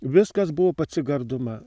viskas buvo paci garduma